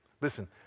Listen